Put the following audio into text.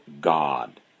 God